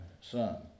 son